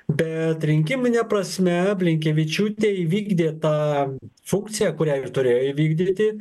bet rinkimine prasme blinkevičiūtė įvykdė tą funkciją kurią ir turėjo įvykdyti